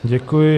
Děkuji.